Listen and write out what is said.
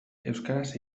euskaraz